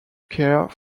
care